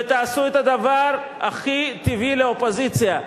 ותעשו את הדבר הכי טבעי לאופוזיציה,